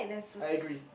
I agree